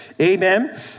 amen